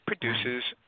produces